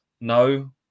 No